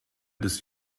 des